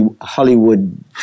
Hollywood